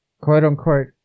quote-unquote